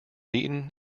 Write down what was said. eaten